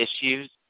issues